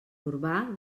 urbà